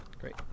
Great